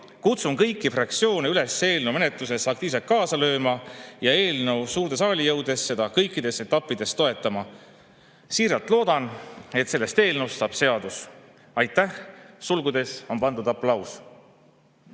kutsun kõiki fraktsioone üles eelnõu menetluses aktiivselt kaasa lööma ja eelnõu suurde saali jõudes seda kõikides etappides toetama, ja siiralt loodan, et sellest eelnõust saab seadus. Sulgudesse on pandud "Aplaus".